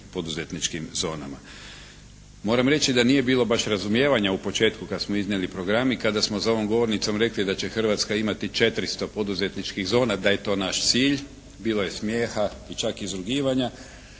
poduzetničkim zonama. Moram reći da nije bilo baš razumijevanja u početku kad smo iznijeli program i kada smo za ovom govornicom rekli da će Hrvatska imati 400 poduzetničkih zona da je to naš cilj. Bilo je smijeha i čak izrugivanja.